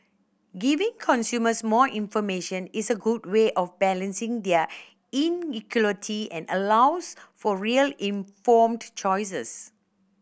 giving consumers more information is a good way of balancing there inequality and allows for real informed choices